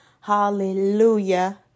Hallelujah